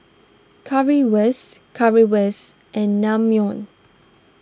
Currywurst Currywurst and Naengmyeon